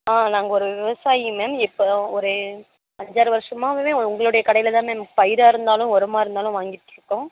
ஆ நாங்கள் ஒரு விவசாயி மேம் இப்போ ஒரு அஞ்சாறு வர்ஷமாவவே உங்களோடைய கடையில் தான் மேம் பயிராக இருந்தாலும் உரமா இருந்தாலும் வாங்கிட்டுருக்கோம்